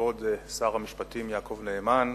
כבוד שר המשפטים יעקב נאמן,